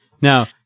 Now